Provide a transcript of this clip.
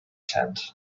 tent